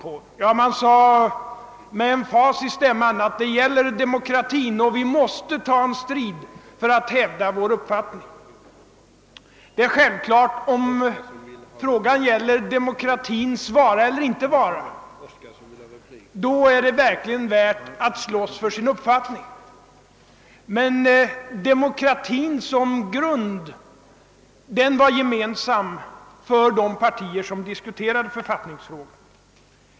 Det gäller demokratin, sade man med emfas i stämman, och vi måste ta strid för att hävda vår uppfattning. Om frågan gäller demokratins vara eller inte vara, är det självklart värt att slåss för sin uppfattning. Men demokra tin som grund var gemensam för de partier som diskuterade författningsfrågan.